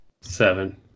seven